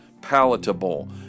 palatable